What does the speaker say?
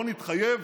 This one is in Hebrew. לא נתחייב